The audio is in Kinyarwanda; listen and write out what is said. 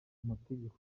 mategeko